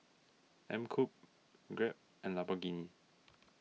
Mkup Grab and Lamborghini